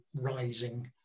rising